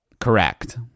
Correct